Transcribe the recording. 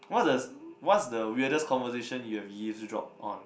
what the what's the weirdest conversation you have eavesdrop on